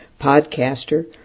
podcaster